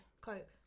Coke